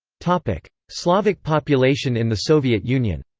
slavic slavic population in the soviet union